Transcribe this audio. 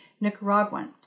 Nicaraguan